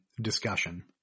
discussion